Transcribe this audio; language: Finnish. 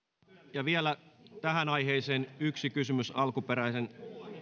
ja vielä tähän aiheeseen yksi kysymys alkuperäisen